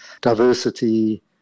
diversity